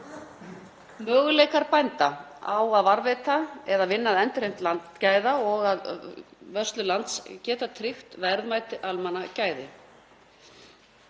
Möguleikar bænda á að varðveita, vinna að endurheimt landgæða og að vörslu lands geta tryggt verðmæt almannagæði.